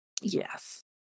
Yes